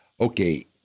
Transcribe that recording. Okay